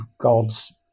God's